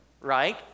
right